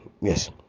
Yes